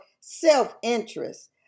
self-interest